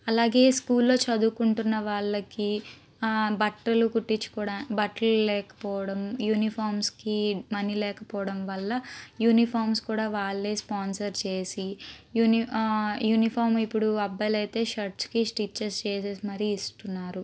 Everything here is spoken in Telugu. అలాగే స్కూల్లో చదువుకుంటున్న వాళ్ళకి బట్టలు కుట్టించుకో బట్టలు లేకపోడం యూనిఫార్స్కి మనీ లేకపోవడం వల్ల యూనిఫార్స్ కూడా వాళ్ళే స్పొన్సర్ చేసి యూని యూనిఫామ్ ఇప్పుడు అబ్బాయిలైతే షర్ట్స్కి స్టిచ్చెస్ చేసి మరి ఇస్తున్నారు